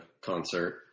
concert